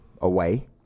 away